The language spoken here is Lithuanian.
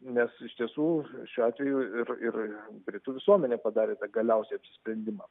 nes iš tiesų šiuo atveju ir ir britų visuomenė padarė tą galiausiai sprendimą